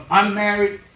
unmarried